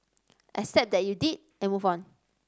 accept that you did and move on